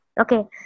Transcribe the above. Okay